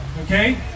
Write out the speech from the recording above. Okay